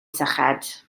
syched